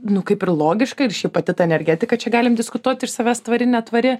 nu kaip ir logiška ir ši pati ta energetika čia galim diskutuoti ir savęs tvari netvari